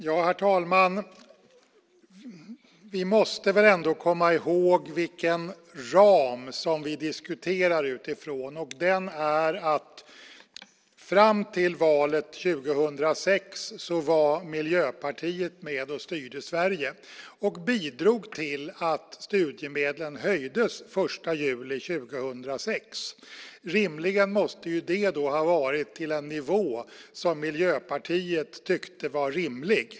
Herr talman! Vi måste komma ihåg utifrån vilken ram vi diskuterar, nämligen att Miljöpartiet fram till valet 2006 var med och styrde Sverige och bidrog till att studiemedlen höjdes den 1 juli 2006. Det måste väl då ha varit till en nivå som Miljöpartiet tyckte var rimlig.